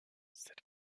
cette